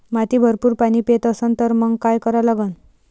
माती भरपूर पाणी पेत असन तर मंग काय करा लागन?